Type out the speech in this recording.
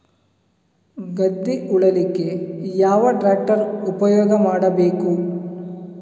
ಗದ್ದೆ ಉಳಲಿಕ್ಕೆ ಯಾವ ಟ್ರ್ಯಾಕ್ಟರ್ ಉಪಯೋಗ ಮಾಡಬೇಕು?